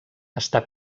està